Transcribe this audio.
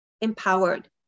empowered